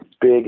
big